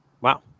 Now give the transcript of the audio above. Wow